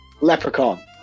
Leprechaun